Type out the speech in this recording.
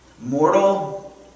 mortal